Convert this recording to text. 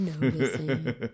noticing